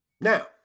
Now